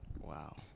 wow